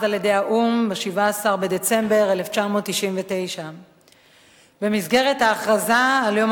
על-ידי האו"ם ב-17 בדצמבר 1999. במסגרת ההכרזה על יום